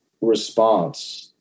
response